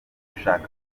gushaka